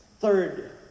third